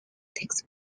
takes